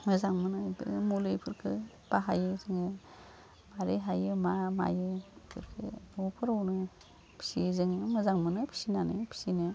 मोजां मोनो बे मुलिफोरखो बाहायो जोङो मारै हायो मा मायो बेफोरखो न'फोरावनो खुसिजोंनो मोजां मोनो फिनानै फिनो